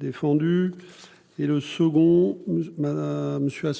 Défendu. Et le second madame monsieur